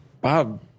Bob